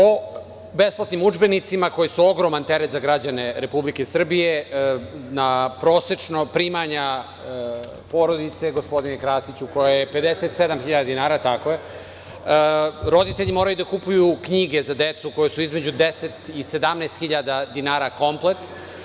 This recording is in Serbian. O besplatnim udžbenicima koji su ogroman teret za građane Republike Srbije, na prosečna primanja porodice, gospodine Krasiću, koje je 57 hiljada dinara, roditelji moraju da kupuju knjige za decu koje su između 10 i 17 hiljada dinara, komplet.